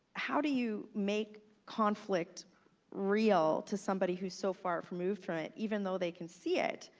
how do you make conflict real to somebody who's so far removed from it even though they can see it,